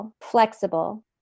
flexible